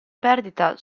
perdita